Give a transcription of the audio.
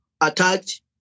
attacked